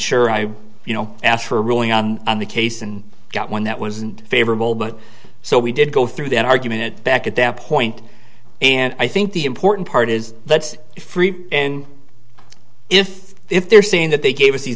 sure i you know asked for a ruling on the case and got one that wasn't favorable but so we did go through that argument back at that point and i think the important part is that's free in if if they're saying that they gave us these